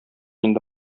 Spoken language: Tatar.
инде